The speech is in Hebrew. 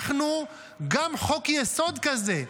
גם חוק-יסוד כזה.